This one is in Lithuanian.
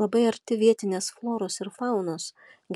labai arti vietinės floros ir faunos